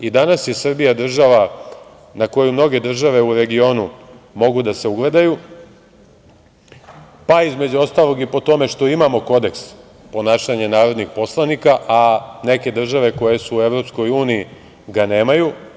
Danas je Srbija država na koju mnoge države u regionu mogu da se ugledaju, pa između ostalog i po tome što imamo Kodeks ponašanja narodnih poslanika, a neke države koje su u EU ga nemaju.